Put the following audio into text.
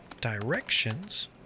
directions